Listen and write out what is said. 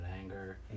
anger